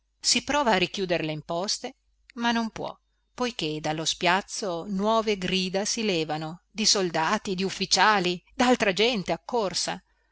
si prova a richiuder le imposte ma non può poiché dallo spiazzo nuove grida si levano di soldati di ufficiali daltra gente accorsa